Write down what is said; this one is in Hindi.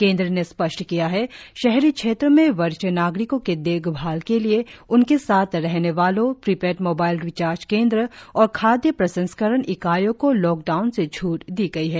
केनुद्र ने स्पष्ट किया है शहरी क्षेत्रों में वरिष्ठ नागरिकों की देखभाल के लिए उनके साथ रहने वालों प्रीपेड मोबाइल रिजार्च केन्द्र और खाद्य प्रसंस्करण इकाइयों को लॉकडाउन से छूट दी गई है